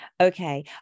Okay